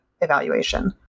evaluation